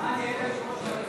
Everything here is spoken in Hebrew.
הצעת סיעות מרצ,